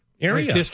Area